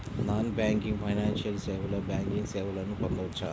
Non banking financial సేవలో banking సేవలను పొందవచ్చా?